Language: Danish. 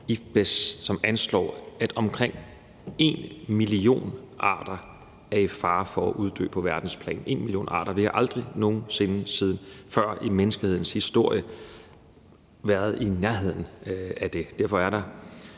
som anslår, at omkring en million arter er i fare for at uddø på verdensplan – en million arter! Vi har aldrig nogen sinde før i menneskehedens historie været i nærheden af det. Derfor er der